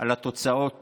על התוצאות